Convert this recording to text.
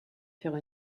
faire